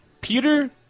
Peter